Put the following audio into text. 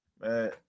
man